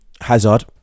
Hazard